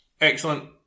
Excellent